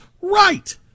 right